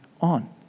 on